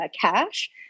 cash